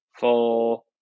four